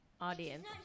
audience